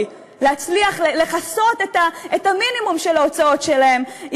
להצליח לכסות את המינימום של ההוצאות שלהם,